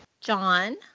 John